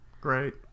great